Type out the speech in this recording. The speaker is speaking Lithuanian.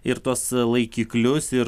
ir tuos laikiklius ir